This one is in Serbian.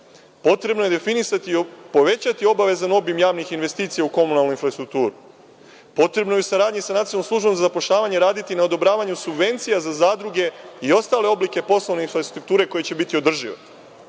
Potrebno je definisati i povećati obavezan obim javnih investicija u komunalnu infrastrukturu. Potrebno je u saradnji sa Nacionalnom službom za zapošljavanje raditi na odobravanju subvencija za zadruge i ostale oblike poslovne infrastrukture koji će biti održivi.